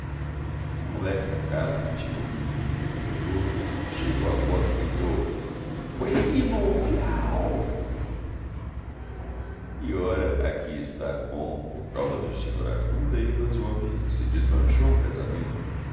um moleque da casa que tinha ouvido tudo no corredor chegou à porta e gritou puelino fiáu e ora aqui está como por causa do sr artur leivas ontem se desmanchou um casamento